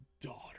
daughter